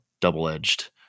double-edged